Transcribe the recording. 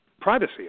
privacy